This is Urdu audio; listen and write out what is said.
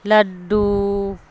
لڈو